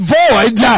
void